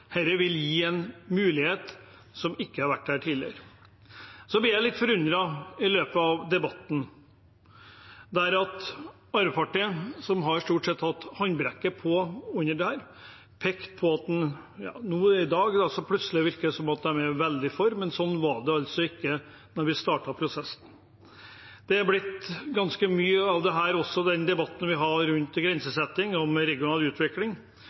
Dette vil gi muligheter som ikke har vært der tidligere. Jeg har blitt litt forundret i løpet av debatten. Arbeiderpartiet har stort sett hatt håndbrekket på, men plutselig i dag virker det som om de er veldig for, men slik var det ikke da vi startet prosessen. Det er blitt ganske mye av det, også i den debatten vi har om grensesetting, om regional utvikling,